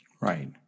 right